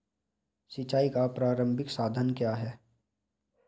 सिंचाई का प्रारंभिक साधन क्या है?